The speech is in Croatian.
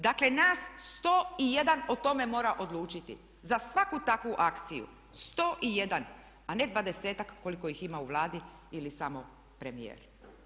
Dakle nas 101 o tome mora odlučiti, za svaku takvu akciju, 101 a ne 20-ak koliko ih ima u Vladi ili samo premijer.